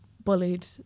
bullied